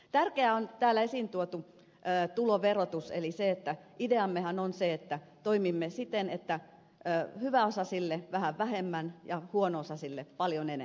tärkeää on täällä esiin tuotu tuloverotus eli se ideamme että annetaan hyväosaisille vähän vähemmän ja huono osaisille paljon enemmän